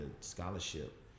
scholarship